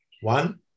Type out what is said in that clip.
One